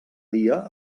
dia